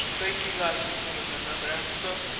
thank you guys for joining another episode.